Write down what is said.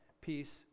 peace